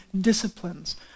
disciplines